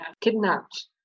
kidnapped